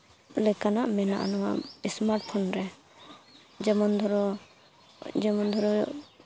ᱞᱮᱠᱟᱱᱟᱜ ᱢᱮᱱᱟᱜᱼᱟ ᱱᱚᱣᱟ ᱥᱢᱟᱨᱴ ᱯᱷᱳᱱ ᱨᱮ ᱡᱮᱢᱚᱱ ᱫᱷᱚᱨᱚ ᱡᱮᱢᱚᱱ ᱫᱷᱚᱨᱚ